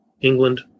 England